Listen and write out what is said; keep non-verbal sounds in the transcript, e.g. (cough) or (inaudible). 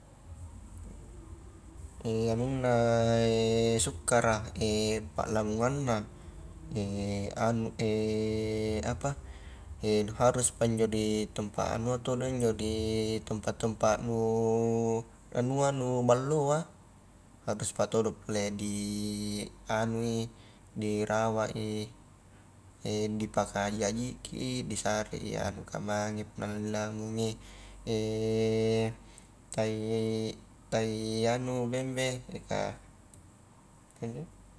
(hesitation) anunna (hesitation) sukkara (hesitation) pa lamonganna, (hesitation) anu (hesitation) apa (hesitation) haruspa injo di tempat anua todo injo di (hesitation) tempat-tempat nu (hesitation) anua nu balloa, haruspa todo pole di anui, di rawat i (hesitation) di pakahaji-hajiki disarei anuka mange punna la nilamungi (hesitation) tai-tai anu bembe ka.